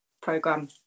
program